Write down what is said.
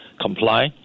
comply